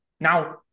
Now